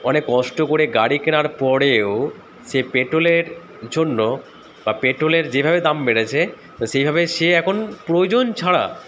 অনেক কষ্ট করে গাড়ি কেনার পরেও সে পেট্রোলের জন্য বা পেট্রোলের যেভাবে দাম বেড়েছে তো সেইভাবে সে এখন প্রয়োজন ছাড়া